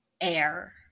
air